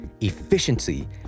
efficiency